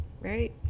right